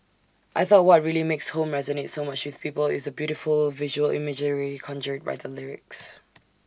I thought what really makes home resonate so much with people is the beautiful visual imagery conjured by the lyrics